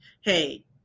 hey